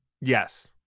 Yes